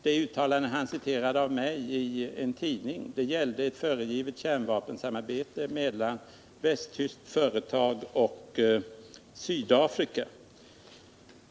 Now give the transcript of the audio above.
Det tidningsuttalande av mig som han citerade gällde ett föregivet kärnvapensamarbete mellan ett västtyskt företag och Sydafrika.